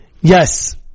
yes